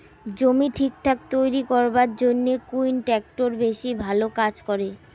জমি ঠিকঠাক তৈরি করিবার জইন্যে কুন ট্রাক্টর বেশি ভালো কাজ করে?